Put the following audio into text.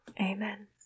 Amen